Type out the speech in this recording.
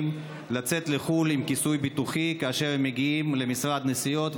לצאת לחו"ל עם כיסוי ביטוחי כאשר הם מגיעים למשרד הנסיעות,